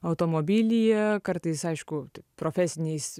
automobilyje kartais aišku tik profesiniais